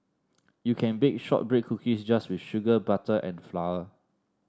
you can bake shortbread cookies just with sugar butter and flour